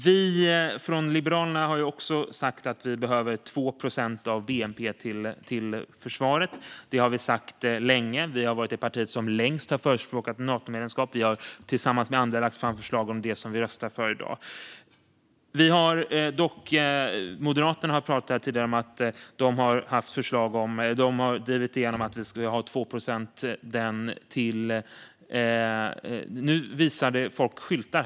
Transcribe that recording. Vi från Liberalerna har också sagt att vi behöver 2 procent av bnp till försvaret. Det har vi sagt länge. Vi har varit det parti som längst har förespråkat Natomedlemskap. Vi har tillsammans med andra lagt fram förslag om det som vi röstar för i dag. Nu visar folk skyltar här i rummet. Man får gärna ta replik om man är missnöjd med vad jag säger.